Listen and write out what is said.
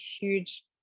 huge